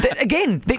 Again